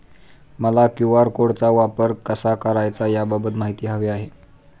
मला क्यू.आर कोडचा वापर कसा करायचा याबाबत माहिती हवी आहे